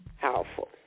powerful